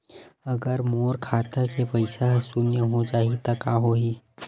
अगर मोर खाता के पईसा ह शून्य हो जाही त का होही?